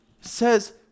says